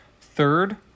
Third